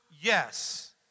yes